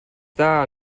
dda